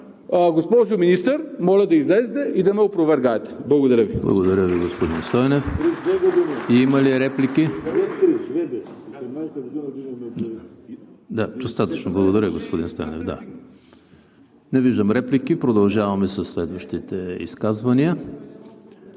госпожо Министър, моля да излезете и да ме опровергаете. Благодаря Ви.